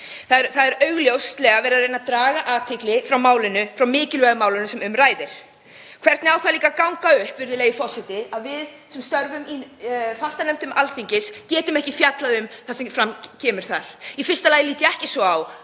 Það er augljóslega verið að reyna að draga athygli frá mikilvæga málinu sem um ræðir. Hvernig á það líka ganga upp, virðulegi forseti, að við sem störfum í fastanefndum Alþingis getum ekki fjallað um það sem fram kemur þar? Í fyrsta lagi lít ég ekki svo á